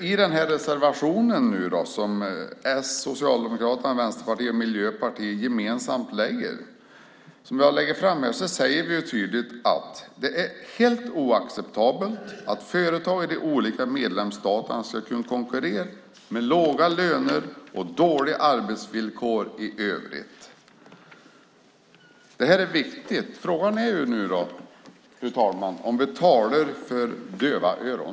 I den reservation som Socialdemokraterna, Vänsterpartiet och Miljöpartiet gemensamt lägger fram säger vi tydligt att det är helt oacceptabelt att företag i de olika medlemsstaterna ska kunna konkurrera med låga löner och dåliga arbetsvillkor i övrigt. Det här är viktigt. Frågan är nu, fru talman, om vi talar för döva öron.